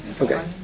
Okay